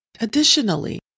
Additionally